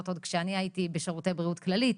עוד כשאני הייתי בשירותי בריאות כללית,